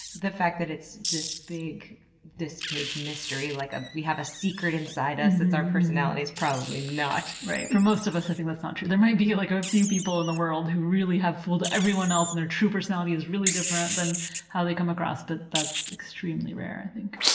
the fact that it's this big this big mystery, like ah we have a secret inside us, it's our personality, is probably not, right. for most of us, i think that's not true. there might be like a few people in the world who really have fooled everyone else and their true personality is really different than how they come across, but that's extremely rare, i think.